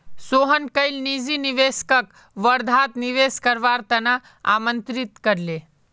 सोहन कईल निजी निवेशकक वर्धात निवेश करवार त न आमंत्रित कर ले